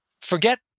forget